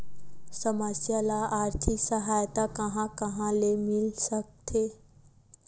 समस्या ल आर्थिक सहायता कहां कहा ले मिल सकथे?